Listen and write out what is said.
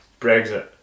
Brexit